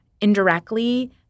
indirectly